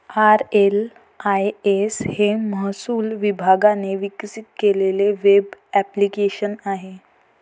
RLIS हे महसूल विभागाने विकसित केलेले वेब ॲप्लिकेशन आहे